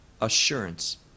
assurance